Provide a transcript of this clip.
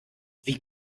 wie